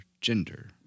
gender